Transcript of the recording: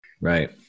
right